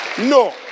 No